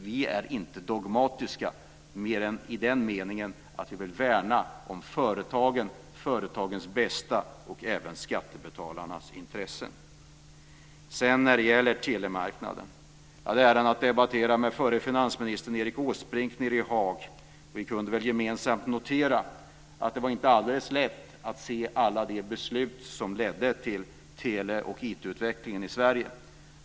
Vi är inte dogmatiska mer än i den meningen att vi vill värna om företagen, om företagens bästa och även skattebetalarnas intressen. När det gäller telemarknaden kan jag säga att jag hade äran att debattera med förre finansministern Erik Åsbrink nere i Haag. Vi kunde gemensamt notera att det inte var alldeles lätt att se alla de beslut som ledde till tele och IT-utvecklingen i Sverige.